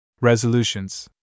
Resolutions